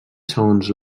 segons